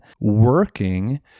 working